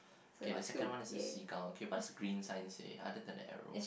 okay the second one is the seagull okay what's green sign say other than the arrow